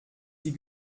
die